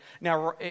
Now